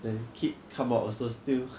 the kid come out also still